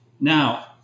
Now